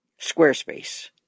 Squarespace